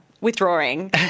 withdrawing